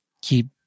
keep